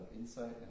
insight